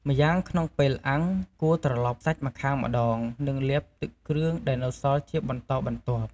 ម្យ៉ាងក្នុងពេលអាំង គួរត្រឡប់សាច់ម្ខាងម្ដង និងលាបទឹកគ្រឿងដែលនៅសល់ជាបន្តបន្ទាប់។